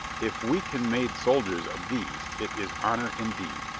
if we can made soldiers of these it is honor indeed,